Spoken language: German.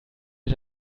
wir